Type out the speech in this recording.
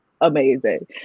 amazing